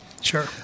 sure